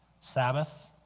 Sabbath